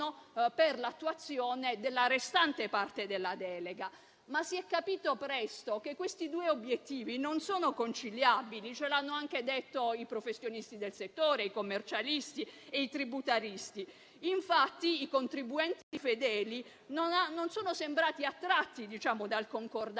per l'attuazione della restante parte della delega. Ma si è capito presto che questi due obiettivi non sono conciliabili, come ci hanno detto anche i professionisti del settore, i commercialisti e i tributaristi. Infatti i contribuenti infedeli non sono sembrati attratti dal concordato,